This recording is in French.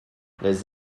les